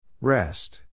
Rest